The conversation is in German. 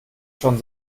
schon